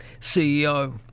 CEO